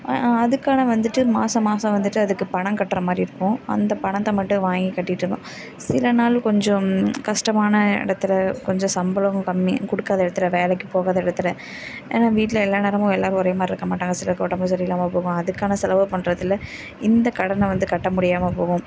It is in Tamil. அதுக்கான வந்துவிட்டு மாதா மாதம் வந்துவிட்டு அதுக்கு பணம் கட்டுற மாதிரி இருக்கும் அந்த பணத்தை மட்டும் வாங்கி கட்டிவிட்டு இருக்கோம் சில நாள் கொஞ்சம் கஷ்டமான இடத்துல கொஞ்சம் சம்பளம் கம்மி கொடுக்காத இடத்துல வேலைக்கு போகாத இடத்துல ஏன்னா வீட்டில் எல்லா நேரமும் எல்லோரும் ஒரே மாதிரி இருக்க மாட்டாங்க சிலருக்கு உடம்பு சரியில்லாமல் போகும் அதுக்கான செலவு பண்ணுறதுல இந்த கடனை வந்து கட்ட முடியாமல் போகும்